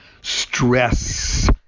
Stress